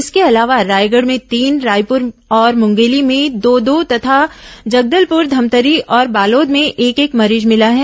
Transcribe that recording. इसके अलावा रायगढ़ में तीन रायपुर और मुंगेली में दें दो तथा जगदलपुर धमतरी और बालोद में एक एक मरीज भिला है